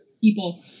people